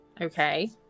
Okay